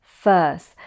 first